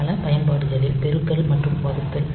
பல பயன்பாடுகளில் பெருக்கல் மற்றும் வகுத்தல்